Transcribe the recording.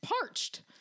parched